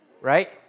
right